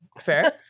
Fair